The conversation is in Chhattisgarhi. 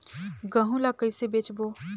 गहूं ला कइसे बेचबो?